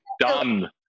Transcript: done